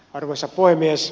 arvoisa puhemies